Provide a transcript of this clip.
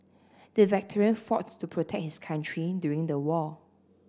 the veteran fought to protect his country during the war